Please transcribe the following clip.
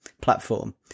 platform